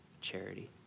charity